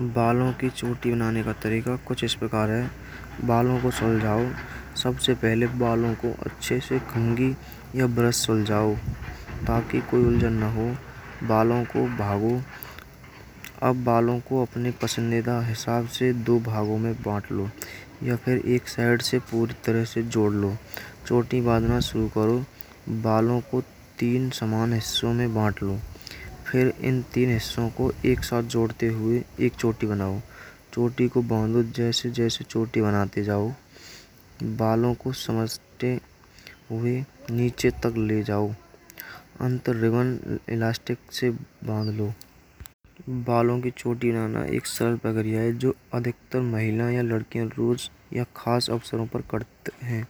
बालों की चोटी बनाने का तरीका कुछ इस प्रकार है। बालों को सुलझाओ, सबसे पहले बालों को अच्छे से खांगी या ब्रश से सुलझाओ। ताकि कोई उलझन न हो। बालों को भिगाओ। बालों को अपने पसंदीदा हिसाब से धोकर भीगे बालों में बाँट लो। या फिर एक तरफ से पूरी तरह से जोड़ लो, चोटी बनाना शुरू करो। बालों को तीन समान हिस्सों में बाँट लो। या फिर इन तीन हिस्सों को एक साथ जोड़ते हुए एक चोटी बनाओ। चोटी को जैसे जैसे चोटी बनाते जाओ बालों को समेटे हुए नीचे तक ले जाओ। अंतर रेवड़ या लास्टिक से बाँध लो। बालों की चोटी बनाना एक सरल प्रक्रिया है। जो अधिकतर महिलाएं या लड़की रोज या खास अवसरों पर करती हैं।